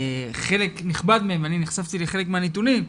חלק נכבד מהם, ואני נחשפתי לחלק מהנתונים,